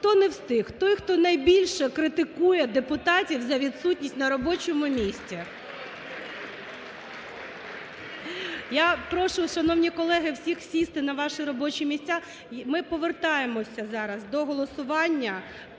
хто не встиг – той, хто найбільше критикує депутатів за відсутність на робочому місці. (Оплески) Я прошу, шановні колеги, всіх сісти на ваші робочі місця, ми повертаємося зараз до голосування.